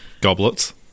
Goblets